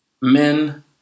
men